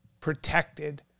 protected